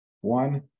One